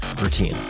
routine